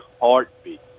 heartbeat